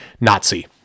Nazi